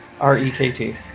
R-E-K-T